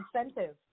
incentives